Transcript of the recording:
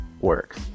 works